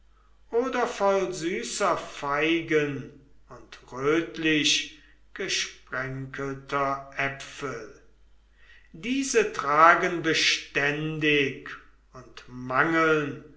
oder voll süßer feigen und rötlichgesprenkelter äpfel diese tragen beständig und mangeln